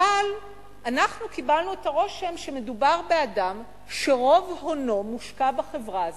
אבל אנחנו קיבלנו את הרושם שמדובר באדם שרוב הונו מושקע בחברה הזאת,